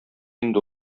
инде